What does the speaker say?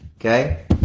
Okay